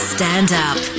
Stand-Up